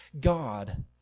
God